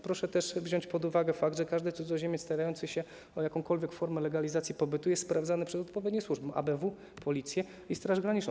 Proszę też wziąć pod uwagę fakt, że każdy cudzoziemiec starający się o jakąkolwiek formę legalizacji pobytu jest sprawdzany przez odpowiednie służby: ABW, Policję i Straż Graniczną.